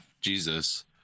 Jesus